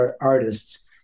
artists